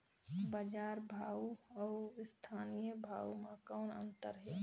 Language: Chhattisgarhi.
बजार भाव अउ स्थानीय भाव म कौन अन्तर हे?